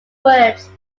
words